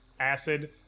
acid